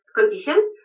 conditions